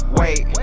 wait